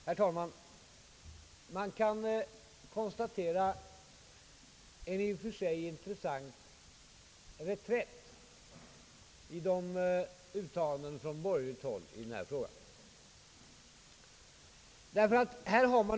Herr talman! Man kan konstatera en i och för sig intressant reträtt i uttalandena från borgerligt håll i denna fråga.